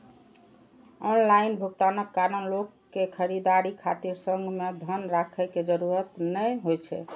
online भुगतानक कारण लोक कें खरीदारी खातिर संग मे धन राखै के जरूरत नै होइ छै